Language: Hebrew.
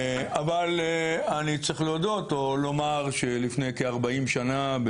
אני צריך להודות או לומר, שלפני כ-40 שנה,